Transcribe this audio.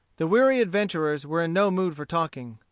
the weary adventurers were in no mood for talking.